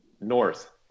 north